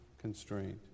constraint